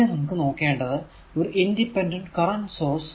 ഇനി നമുക്ക് നോക്കേണ്ടത് ഒരു ഇൻഡിപെൻഡന്റ് കറന്റ് സോഴ്സ്